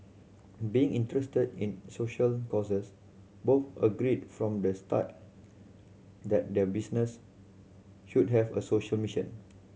being interested in social causes both agreed from the start that their business should have a social mission